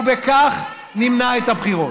ובכך נמנע את הבחירות.